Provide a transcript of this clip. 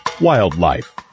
Wildlife